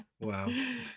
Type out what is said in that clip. wow